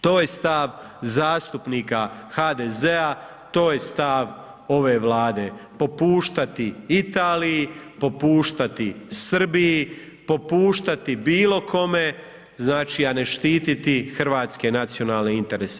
To je stav zastupnika HDZ-a, to je stav ove Vlade, popuštati Italiji, popuštati Srbiji, popuštati bilo kome znači a ne štiti hrvatske nacionalne interese.